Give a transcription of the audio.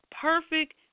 perfect